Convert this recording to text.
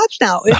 now